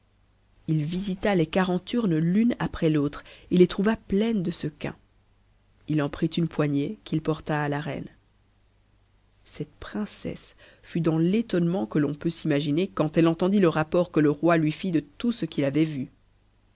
il visita les quarante urnes l'une après l'autre et les trouva pleines de sequins ï en prit une poignée qu'il porta à la reine cette princesse fut dans l'étonnement que l'on peut s'imaginer quand elle entendit le rapport que e roi lui fit de tout ce qu'il avait vu